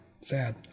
Sad